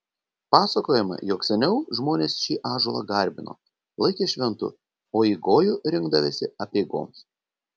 pasakojama jog seniau žmonės šį ąžuolą garbino laikė šventu o į gojų rinkdavęsi apeigoms